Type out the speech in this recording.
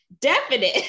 definite